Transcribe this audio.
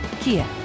Kia